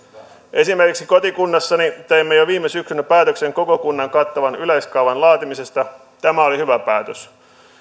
esimerkiksi kotikunnassani teimme jo viime syksynä päätöksen koko kunnan kattavan yleiskaavan laatimisesta tämä oli hyvä päätös